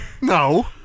No